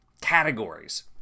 categories